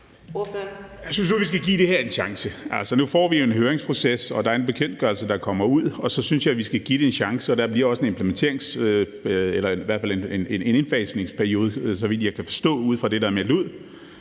Jeg synes nu, vi skal give det her en chance. Altså, nu får vi jo en høringsproces, og der er en bekendtgørelse, der kommer ud, og så synes jeg, vi skal give det en chance. Der bliver også en indfasningsperiode, så vidt jeg kan forstå ud fra det, der er meldt ud.